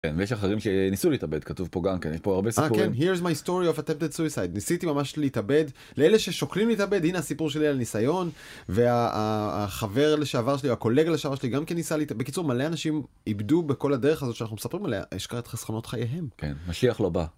כן, ויש אחרים שניסו להתאבד, כתוב פה גם כן, יש פה הרבה סיפורים. אה, כן. Here's my story of attempted suicide. ניסיתי ממש להתאבד. לאלה ששוקלים להתאבד, הנה הסיפור שלי על ניסיון, והחבר לשעבר שלי, או הקולגה לשעבר שלי, גם כן ניסה להתאבד. בקיצור, מלא אנשים איבדו בכל הדרך הזאת שאנחנו מספרים עליה. עשקה את חסכונות חייהם. כן, משיח לא בא.